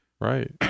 Right